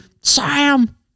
Sam